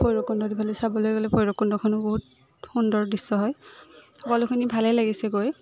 ভৈৰৱকুণ্ডত ইফালে চাবলৈ গ'লে ভৈৰৱকুণ্ডখনো বহুত সুন্দৰ দৃশ্য হয় সকলোখিনি ভালেই লাগিছে গৈ